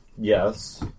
Yes